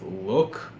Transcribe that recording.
look